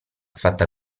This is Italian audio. fatta